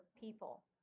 people